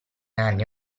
anni